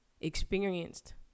experienced